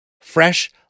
Fresh